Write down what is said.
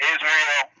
Israel